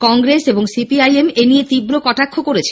কংগ্রেস এবং সিপিআইএম এনিয়ে তীব্র কটাক্ষ করেছে